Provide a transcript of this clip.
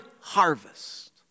harvest